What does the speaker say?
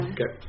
Okay